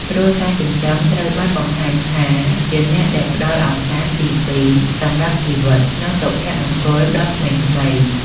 គ្រួសារចិញ្ចឹមត្រូវបានបង្ហាញថាជាអ្នកដែលផ្ដល់ឱកាសទីពីរសម្រាប់ជីវិត និងសុភមង្គលដល់ក្មេងៗ។